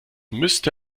müsste